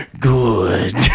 Good